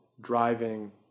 driving